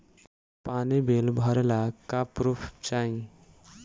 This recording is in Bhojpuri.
पानी बिल भरे ला का पुर्फ चाई?